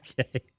Okay